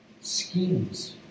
schemes